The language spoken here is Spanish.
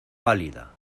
pálida